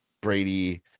Brady